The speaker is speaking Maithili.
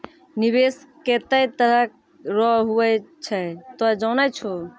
निवेश केतै तरह रो हुवै छै तोय जानै छौ